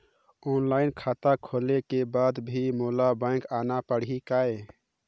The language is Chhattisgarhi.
ऑनलाइन खाता खोले के बाद भी मोला बैंक आना पड़ही काय?